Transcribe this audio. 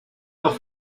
noch